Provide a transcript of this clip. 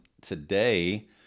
Today